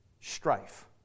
strife